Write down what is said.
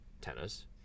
tennis